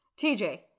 TJ